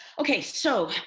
okay, so